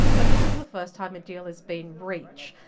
but this is the first time a deal has been reached.